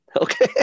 Okay